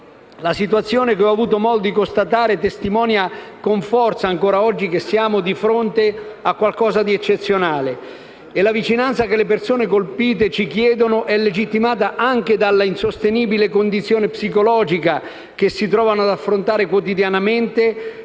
La situazione che ho avuto modo di constatare testimonia con forza ancora oggi che siamo di fronte a qualcosa di eccezionale. La vicinanza che le persone colpite chiedono è legittimata anche dall'insostenibile condizione psicologica che si trovano ad affrontare quotidianamente,